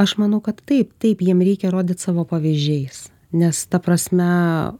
aš manau kad taip taip jiem reikia rodyt savo pavyzdžiais nes ta prasme